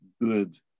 good